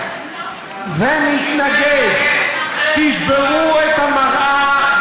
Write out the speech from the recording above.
הפתרון הוא לא לנפץ את המראה.